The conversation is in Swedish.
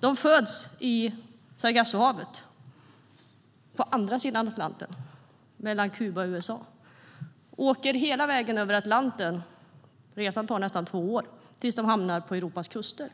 Ålarna föds i Sargassohavet mellan Kuba och USA på andra sidan Atlanten. De åker sedan hela vägen över Atlanten tills de hamnar på Europas kuster. Resan tar